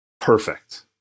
perfect